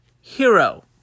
hero